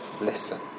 listen